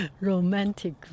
romantic